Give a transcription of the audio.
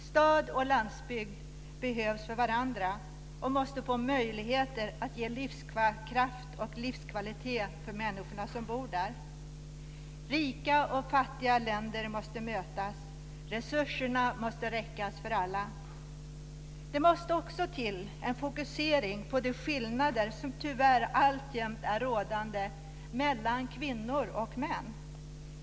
Stad och landsbygd behövs för varandra och måste få möjligheter att ge livskraft och livskvalitet åt människorna som bor där. Rika och fattiga länder måste mötas. Resurserna måste räcka för alla. Det måste också till en fokusering på de skillnader som tyvärr alltjämt är rådande mellan kvinnor och män.